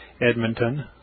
Edmonton